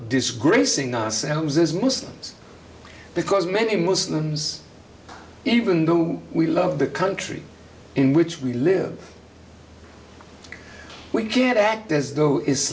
disgracing ourselves as muslims because many muslims even though we love the country in which we live we can't act as though is